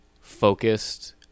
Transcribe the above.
focused